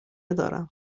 دارم